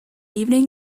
evening